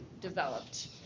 developed